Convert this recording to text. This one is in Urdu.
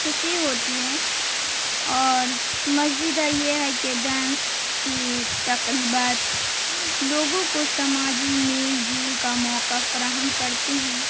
خوشی ہوتی ہے اور مزید یہ ہے کہ ڈانس کی تقریبات لوگوں کو سماجی میل جول کا موقع فراہم کرتے ہیں